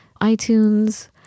itunes